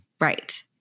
Right